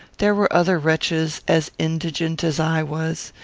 there were other wretches as indigent as i was,